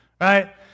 right